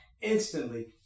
instantly